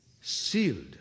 Sealed